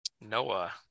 Noah